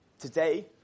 Today